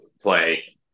play